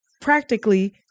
practically